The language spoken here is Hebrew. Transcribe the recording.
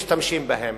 משתמשים בהם,